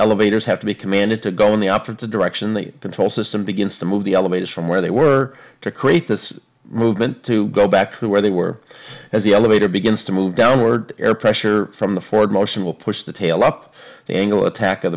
elevators have to be commanded to go in the opposite direction the control system begins to move the elevators from where they were to create this movement to go back to where they were as the elevator begins to move downward air pressure from the forward motion will push the tail up the angle attack of